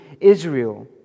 Israel